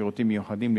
שירותים מיוחדים,